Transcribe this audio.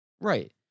Right